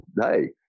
hey